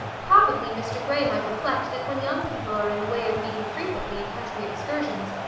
probably mr grey might reflect that when young people are in the way of meeting frequently in country excursions,